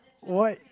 what